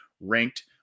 ranked